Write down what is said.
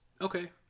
Okay